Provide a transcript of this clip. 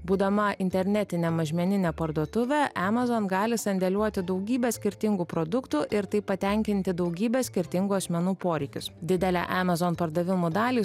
būdama internetine mažmenine parduotuve amazon gali sandėliuoti daugybę skirtingų produktų ir taip patenkinti daugybę skirtingų asmenų poreikius didelę amazon pardavimų dalį